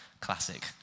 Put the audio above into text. classic